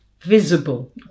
visible